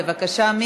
בבקשה.